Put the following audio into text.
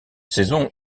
saison